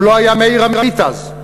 אם לא היה מאיר עמית אז,